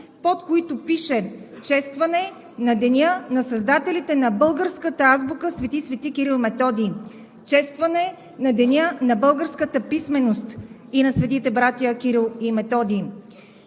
по които пише: „Честване на Деня на създателите на българската азбука Св. Св. Кирил и Методий“; „Честване на Деня на българската писменост и на Светите братя Кирил и Методий“.